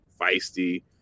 feisty